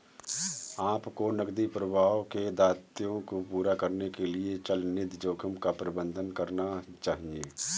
आपको नकदी प्रवाह के दायित्वों को पूरा करने के लिए चलनिधि जोखिम का प्रबंधन करना चाहिए